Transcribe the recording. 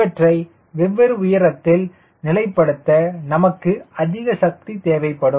இவற்றை வெவ்வேறு உயரத்தில் நிலைப்படுத்த நமக்கு அதிக சக்தி தேவைப்படும்